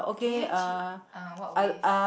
can you ch~ uh what waste